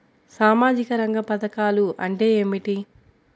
సామాజిక రంగ పధకాలు అంటే ఏమిటీ?